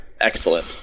Excellent